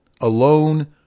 alone